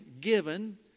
given